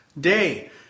Day